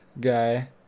guy